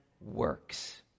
works